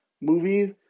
movies